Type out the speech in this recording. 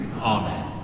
Amen